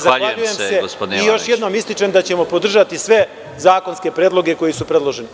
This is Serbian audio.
Zahvaljujem se i još jednom ističem da ćemo podržati sve zakonske predloge koji su predloženi.